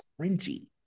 cringy